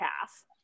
half